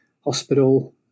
hospital